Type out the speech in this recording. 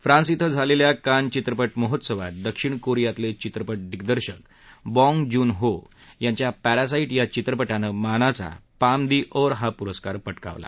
France इथं झालेल्या Cannes चित्रपट महोत्सवात दक्षिण कोरियातले चित्रपट दिग्दर्शक बाँग जून हो यांच्या पॅरासाईट या चित्रपटानं मानाचा पाम दी ओर हा पुरस्कार पटकावला